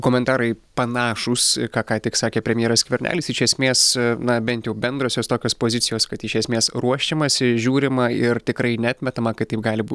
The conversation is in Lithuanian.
komentarai panašūs ką ką tik sakė premjeras skvernelis iš esmės na bent jau bendrosios tokios pozicijos kad iš esmės ruošiamasi žiūrima ir tikrai neatmetama kad taip gali